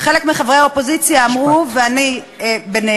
חלק מחברי האופוזיציה, ואני ביניהם,